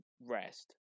rest